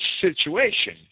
situation